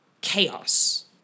chaos